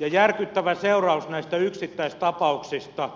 järkyttävä seuraus näistä yksittäistapauksista